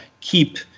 keep